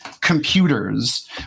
computers